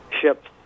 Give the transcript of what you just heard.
ships